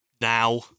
now